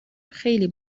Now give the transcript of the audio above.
خیلی